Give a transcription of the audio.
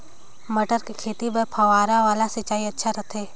मटर के खेती बर फव्वारा वाला सिंचाई अच्छा रथे?